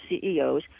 CEOs